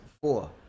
four